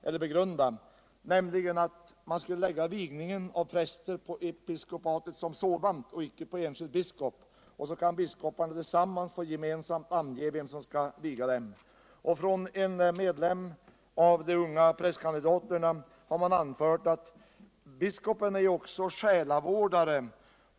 Det var förslaget att man skulle lägga vigningen av präster på episkopatet som sådant, icke på enskild biskop. Då kan biskoparna tillsammans ange vem som skall viga. En ung prästkandidat har anfört att biskopen också är själavårdare.